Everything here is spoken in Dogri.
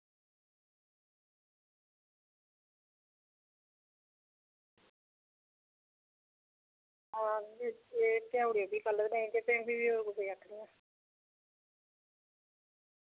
एह् पजाई ओड़ेओ ते नेईं तां में कुसै होर गी आक्खनी आं